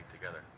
together